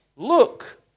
Look